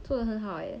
做的很好 eh